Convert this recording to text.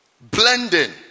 blending